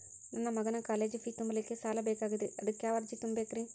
ನನ್ನ ಮಗನ college fee ತುಂಬಲಿಕ್ಕೆ ಸಾಲ ಬೇಕಾಗೆದ್ರಿ ಅದಕ್ಯಾವ ಅರ್ಜಿ ತುಂಬೇಕ್ರಿ?